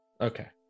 Okay